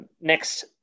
next